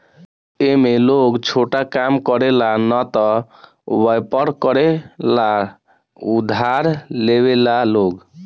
ए में लोग छोटा काम करे ला न त वयपर करे ला उधार लेवेला लोग